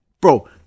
bro